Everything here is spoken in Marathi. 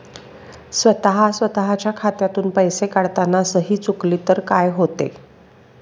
स्वतः स्वतःच्या खात्यातून पैसे काढताना सही चुकली तर काय होते?